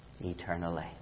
eternally